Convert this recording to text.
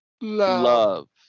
Love